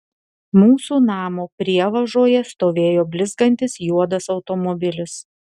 mūsų namo prievažoje stovėjo blizgantis juodas automobilis